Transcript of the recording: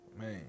man